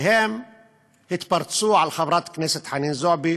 והם התפרצו על חברת הכנסת חנין זועבי,